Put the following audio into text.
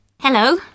Hello